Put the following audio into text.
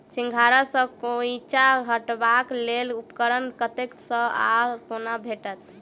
सिंघाड़ा सऽ खोइंचा हटेबाक लेल उपकरण कतह सऽ आ कोना भेटत?